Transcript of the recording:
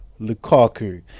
Lukaku